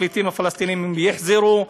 הפליטים הפלסטינים יחזרו,